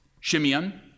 Shimeon